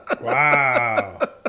Wow